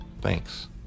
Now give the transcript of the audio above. Thanks